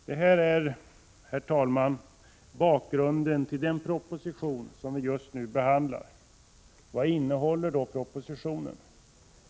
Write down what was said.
Detta är, herr talman, bakgrunden till den proposition som vi just nu behandlar. Vad innehåller då propositionen?